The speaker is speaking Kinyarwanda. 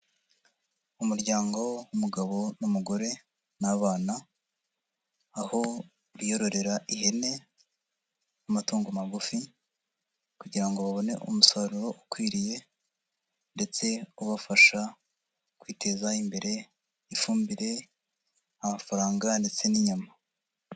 Umuryango w'umugabo n'umugore n'abana, aho biyororera ihene n'amatungo magufi kugira ngo babone umusaruro ukwiriye ndetse ubafasha kwiteza imbere, ifumbire, amafaranga ndetse n'inyama.